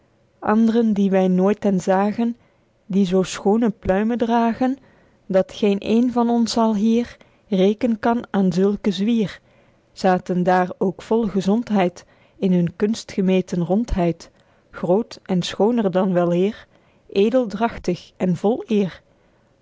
andren die wy nooit en zagen die zoo schoone pluimen dragen dat geen een van ons alhier reeken kan aen zulken zwier zaten daer ook vol gezondheid in hun kunstgemeten rondheid groot en schooner dan weleer edeldragtig en vol